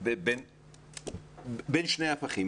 בין שני הפכים.